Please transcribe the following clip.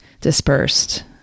dispersed